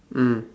mm